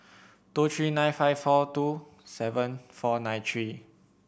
two three nine five four two seven four nine three